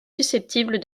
susceptible